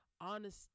honest